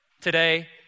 Today